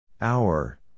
Hour